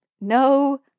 No